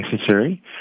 necessary